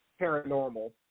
paranormal